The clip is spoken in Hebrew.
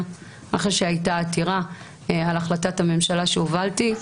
אחרי שהייתה עתירה על החלטת הממשלה שהובלתי,